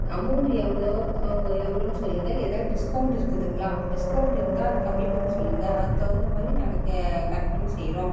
amount எவ்வளோ எவ்வளோனு சொல்லுங்கள் எதா டிஸ்கவுண்ட் இருக்குதுங்களா டிஸ்கவுண்ட் இருந்தால் அது கம்மி பண்ணி சொல்லுங்கள் அதுக்கு தகுந்த மாதிரி நாங்கள் கரக்ட் பண்ணி செய்கிறோம்